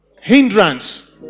Hindrance